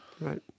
Right